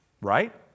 Right